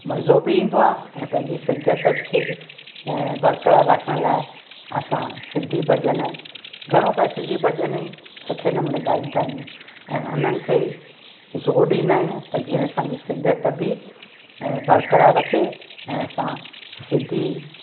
मज़ो बि ईंदो आहे ऐं पंहिंजी सिंधियत खे बरक़रार रखण लाइ असां सिंधी भॼन घणो करे सिंधी भॼन ई सुठे नमूने ॻाईंदा आहियूं ऐं उन्हनि खे ज़ोर ॾीन्दा आहियूं जीअं त असां जी सिंधियत बि ऐं बरक़रार रखे ऐं असां सिंधी